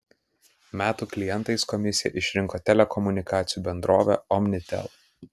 metų klientais komisija išrinko telekomunikacijų bendrovę omnitel